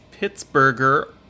Pittsburgher